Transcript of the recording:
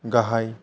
गाहाय